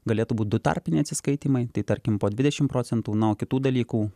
galėtų būt du tarpiniai atsiskaitymai tai tarkim po dvidešimt procentų na o kitų dalykų